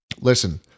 Listen